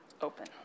open